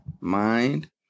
Mind